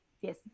yes